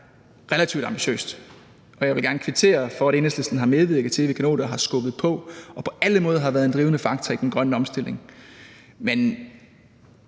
relativt ambitiøst, og jeg vil gerne kvittere for, at Enhedslisten har medvirket til, at vi kan nå det, og har skubbet på og på alle måder været en drivende faktor i den grønne omstilling. Men